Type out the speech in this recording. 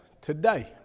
Today